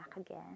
again